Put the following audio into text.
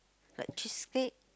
like cheese cake